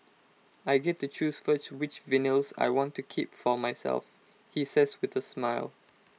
I get to choose first which vinyls I want to keep for myself he says with A smile